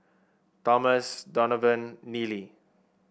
Thomas Donavon Neely